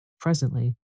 Presently